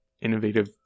innovative